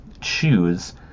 choose